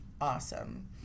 awesome